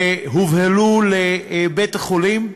והובהלו לבית-החולים.